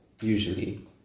usually